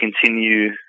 continue